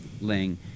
ling